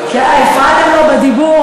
הפרעתם לו בדיבור,